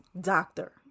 doctor